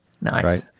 Nice